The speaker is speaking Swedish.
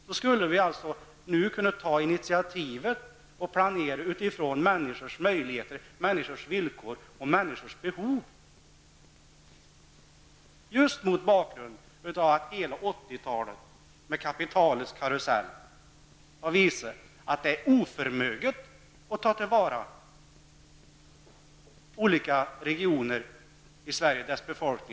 Då skulle vi nu kunna ta initiativ och planera utifrån människors möjligheter, villkor och behov, just mot bakgrund av att hela 1980-talet med kaptitalets karusell har visat att det är oförmöget att ta tillvara olika regioners möjligheter på skilda områden.